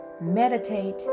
meditate